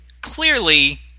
clearly